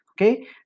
okay